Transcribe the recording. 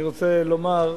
אני רוצה לומר,